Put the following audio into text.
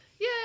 Yay